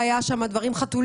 היו שם חתולים,